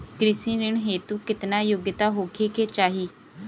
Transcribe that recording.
कृषि ऋण हेतू केतना योग्यता होखे के चाहीं?